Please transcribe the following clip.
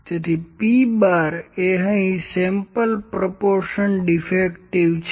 તેથી P¯એ અહીં સેમ્પલ પ્રોપોર્શન ડીફેક્ટિવ છે